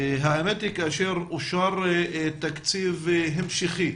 האמת היא, כאשר אושר תקציב המשכי,